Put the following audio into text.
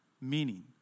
Meaning